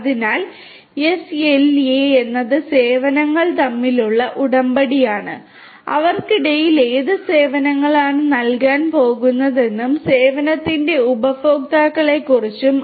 അതിനാൽ എസ്എൽഎ എന്നത് സേവനങ്ങൾ തമ്മിലുള്ള ഉടമ്പടിയാണ് അവർക്കിടയിൽ ഏത് സേവനങ്ങളാണ് നൽകാൻ പോകുന്നതെന്നും സേവനത്തിന്റെ ഉപഭോക്താക്കളെക്കുറിച്ചും